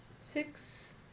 Six